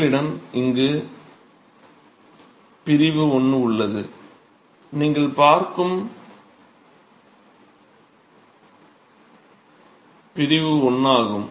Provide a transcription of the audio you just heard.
உங்களிடம் இங்கு பிரிவு I உள்ளது நீங்கள் இங்கு பார்ப்பது பிரிவு I ஆகும்